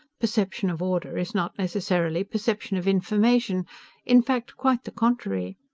perception of order is not necessarily perception of information in fact, quite the contrary.